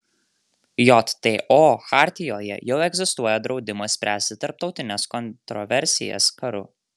jto chartijoje jau egzistuoja draudimas spręsti tarptautines kontroversijas karu